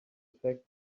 fact